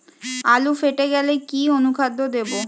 আলু ফেটে গেলে কি অনুখাদ্য দেবো?